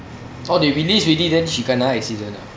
oh they released already then she kena accident ah